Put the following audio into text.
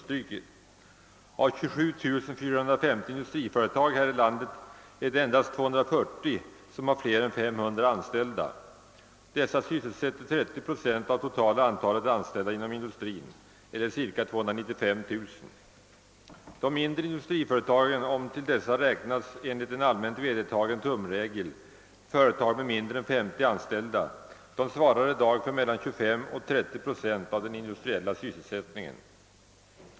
Av 27450 industriföretag här i landet har endast 240 fler än 500 anställda och dessa företag sysselsätter 30 procent av det totala antalet anställda inom industrin, eller cirka 295 000 personer. De mindre industriföretagen, om till dessa enligt en allmänt vedertagen tumregel räknas företag med mindre än 50 anställda, svarar i dag för mellan 25 och 30 procent av den industriella sysselsättningen.